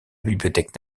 bibliothèque